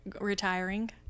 retiring